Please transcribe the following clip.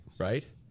right